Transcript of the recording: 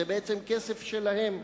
זה בעצם כסף שלהם.